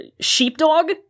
sheepdog